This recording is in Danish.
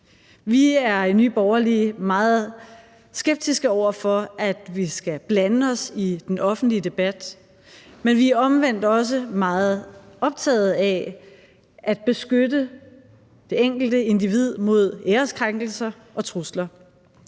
Vi er i Nye Borgerlige meget skeptiske over for, at vi skal blande os i den offentlige debat, men vi er omvendt også meget optaget af at beskytte det enkelte individ mod æreskrænkelser og trusler.